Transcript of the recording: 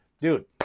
Dude